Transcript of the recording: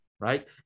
Right